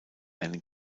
einen